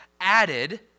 added